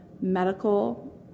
medical